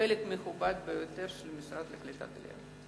חלק מכובד ביותר של המשרד לקליטת העלייה.